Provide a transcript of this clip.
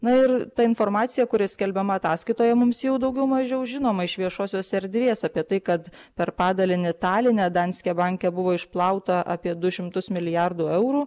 na ir ta informacija kuri skelbiama ataskaitoje mums jau daugiau mažiau žinoma iš viešosios erdvės apie tai kad per padalinį taline danske banke buvo išplauta apie du šimtus milijardų eurų